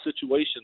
situation